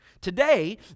today